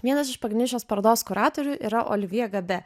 vienas iš pagrindinių šios parodos kuratorių yra olivje gabe